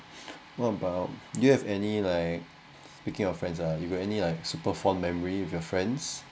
what about do you have any like speaking of friends ah you got any like super fond memory with your friends